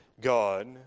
God